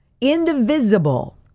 indivisible